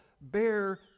bear